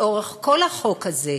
לאורך כל החוק הזה,